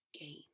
game